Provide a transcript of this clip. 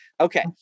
Okay